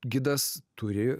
gidas turi